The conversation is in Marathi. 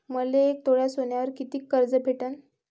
मले एक तोळा सोन्यावर कितीक कर्ज भेटन?